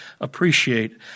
appreciate